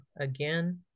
again